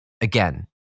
again